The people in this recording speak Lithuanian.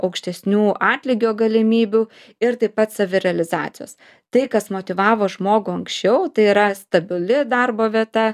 aukštesnių atlygio galimybių ir taip pat savirealizacijos tai kas motyvavo žmogų anksčiau tai yra stabili darbo vieta